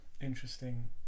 interesting